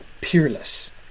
peerless